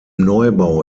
neubau